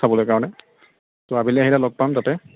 চাবলৈ কাৰণে তো আবেলি আহিলে লগ পাম তাতে